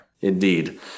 Indeed